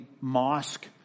mosque